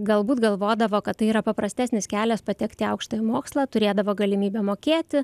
galbūt galvodavo kad tai yra paprastesnis kelias patekti į aukštąjį mokslą turėdavo galimybę mokėti